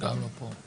גם לא פה?